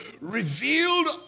revealed